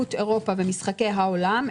אליפות אירופה ומשחקי העולם,